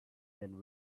than